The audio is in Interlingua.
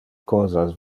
cosas